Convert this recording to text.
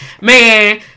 man